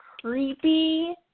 creepy